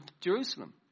Jerusalem